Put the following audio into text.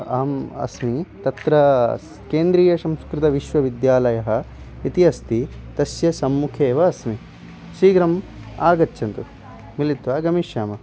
अहम् अस्मि तत्र स् केन्द्रीयसंस्कृतविश्वविद्यालयः इति अस्ति तस्य सम्मुखे एव अस्मि शीघ्रम् आगच्छन्तु मिलित्वा गमिष्यामः